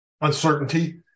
uncertainty